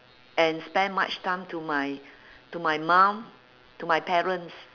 and spend much time to my to my mum to my parents